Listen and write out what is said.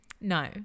No